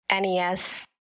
NES